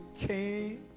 came